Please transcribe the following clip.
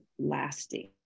lasting